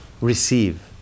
receive